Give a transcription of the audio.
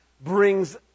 brings